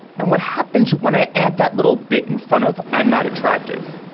and what happens when i add that little bit in front of i'm not attractive,